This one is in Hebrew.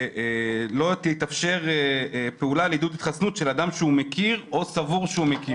שלא תתאפשר פעולה לעידוד התחסנות של אדם שהוא מכיר או סבור שהוא מכיר,